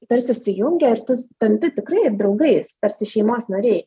tarsi susijungia ir tu tampi tikrai draugais tarsi šeimos nariai